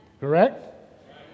correct